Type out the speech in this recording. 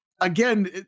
again